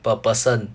per person